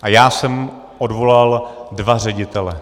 A já jsem odvolal dva ředitele.